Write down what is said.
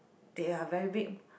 they are very